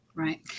Right